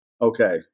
okay